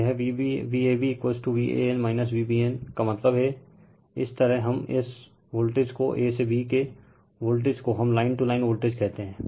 तो यह VabVan Vbn का मतलब हैं इसी तरहहम एस वोल्टेज को a से b के वोल्टेज को हम लाइन टू लाइन वोल्टेज कहते हैं